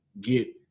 get